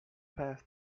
past